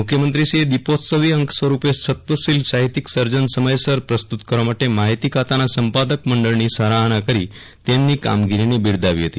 મુખ્યમંત્રીશ્રીએ દિપોત્સવી અંક સ્વરૂપે સત્વશીલ સાહિત્યિક સર્જન સમયસર પ્રસ્તુત કરવા માટે માહિતી ખાતાના સંપાદક મંડળની સરાહના કરી તેમની કામગીરીને બિરદાવી હતી